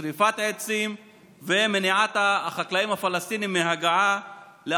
שרפת עצים ומניעת ההגעה של החקלאים הפלסטינים לאדמותיהם.